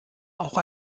auch